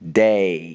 day